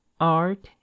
Art